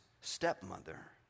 stepmother